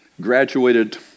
Graduated